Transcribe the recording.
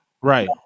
Right